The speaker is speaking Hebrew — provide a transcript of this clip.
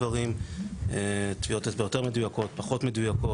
אחד הדברים המרכזים לביומטרי היה גניבת זהות,